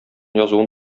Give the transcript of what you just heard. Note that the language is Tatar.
язуын